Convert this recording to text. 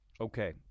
Okay